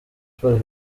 sport